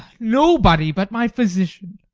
nobody but my physician.